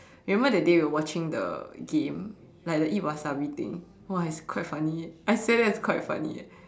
remember the day when we were watching the game like the eat wasabi thing !wah! it's quite funny eh I swear that was quite funny eh